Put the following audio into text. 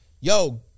Yo